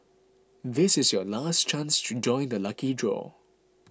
this is your last chance to join the lucky draw